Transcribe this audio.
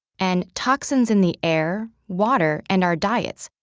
and toxins in the air, water, and our diets,